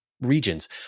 regions